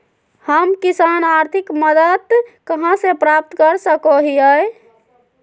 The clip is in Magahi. हम किसान आर्थिक मदत कहा से प्राप्त कर सको हियय?